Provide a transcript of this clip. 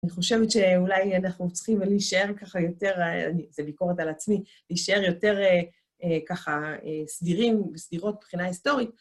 אני חושבת שאולי אנחנו צריכים להישאר ככה יותר, זה ביקורת על עצמי, להישאר יותר ככה סדירים וסדירות מבחינה היסטורית.